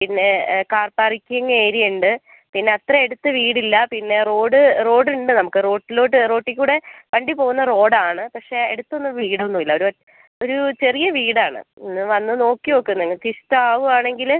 പിന്നെ car parking area ഉണ്ട് പിന്നെ അത്ര അടുത്ത് വീടില്ല പിന്നെ റോഡ് റോഡ് ഉണ്ട് നമുക്ക് റോട്ടിലോട്ട് റോട്ടിൽ കൂടെ വണ്ടി പോകുന്ന റോഡ് ആണ് പക്ഷേ അടുത്തൊന്നും വീടൊന്നും ഇല്ല ഒരു ഒരു ചെറിയ വീടാണ് വന്ന് നോക്കി നോക്ക് നിങ്ങൾക്ക് ഇഷ്ടം ആവുകയാണെങ്കിൽ